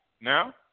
Now